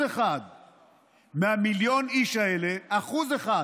1% ממיליון האיש האלה, 1%,